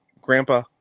Grandpa